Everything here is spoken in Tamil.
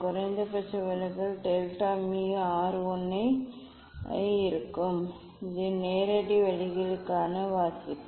குறைந்தபட்ச விலகல் டெல்டா மீ R 1 ஆக இருக்கும் இது நேரடி வழிகளுக்கான வாசிப்பு